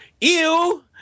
Ew